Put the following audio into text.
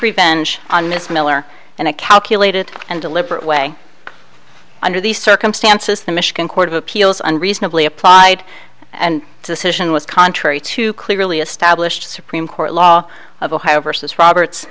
revenge on miss miller and a calculated and deliberate way under these circumstances the michigan court of appeals unreasonably applied and decision was contrary to clearly established supreme court law of ohio versus roberts